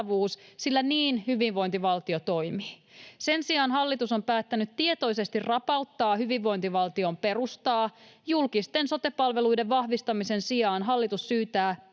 sillä niin hyvinvointivaltio toimii. Sen sijaan hallitus on päättänyt tietoisesti rapauttaa hyvinvointivaltion perustaa. Julkisten sote-palveluiden vahvistamisen sijaan hallitus syytää